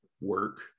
work